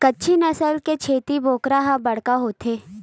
कच्छी नसल के छेरी बोकरा ह बड़का होथे